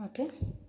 okay